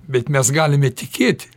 bet mes galime tikėti